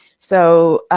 so,